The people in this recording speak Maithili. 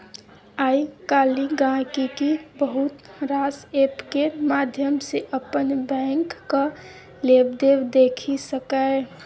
आइ काल्हि गांहिकी बहुत रास एप्प केर माध्यम सँ अपन बैंकक लेबदेब देखि सकैए